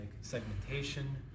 segmentation